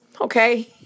okay